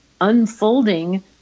unfolding